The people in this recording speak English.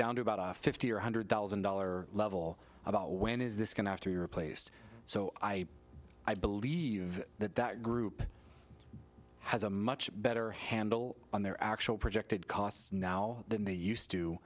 down to about fifty or one hundred thousand dollar level about when is this going after your placed so i i believe that that group has a much better handle on their actual projected costs now than they used to